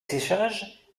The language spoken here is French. séchage